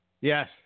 Yes